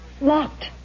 locked